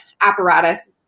apparatus